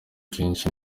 kenshi